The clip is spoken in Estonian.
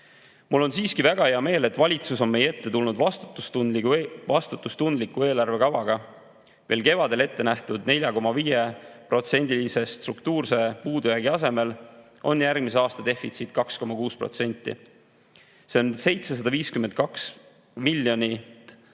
Mul on väga hea meel, et valitsus on meie ette tulnud vastutustundliku eelarvekavaga. Veel kevadel ette nähtud 4,5%‑lise struktuurse puudujäägi asemel on järgmise aasta defitsiit 2,6%. See on 752 miljonit parem